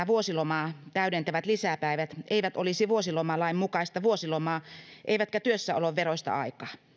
vuosilomaa täydentävät lisäpäivät eivät olisi vuosilomalain mukaista vuosilomaa eivätkä työssäolon veroista aikaa